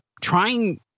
trying